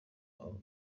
aba